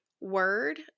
word